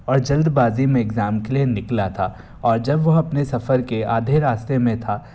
और जल्दबाज़ी में इग्ज़ाम के लिए निकला था और जब वह अपने सफ़र के आधे रास्ते में था